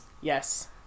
Yes